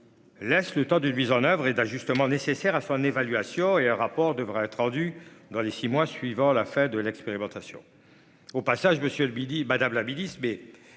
Laisse le temps d'une mise en oeuvre et d'ajustements nécessaires afin d'évaluation et un rapport devrait être rendu dans les 6 mois suivant la fin de l'expérimentation. Au passage, monsieur